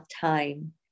time